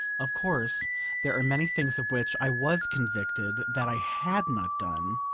of course there are many things of which i was convicted that i had not done,